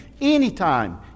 Anytime